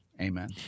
amen